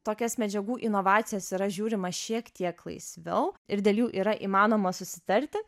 tokias medžiagų inovacijas yra žiūrima šiek tiek laisviau ir dėl jų yra įmanoma susitarti